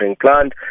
plant